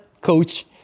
coach